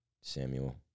Samuel